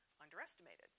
Underestimated